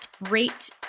rate